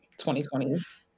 2020